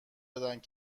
دادند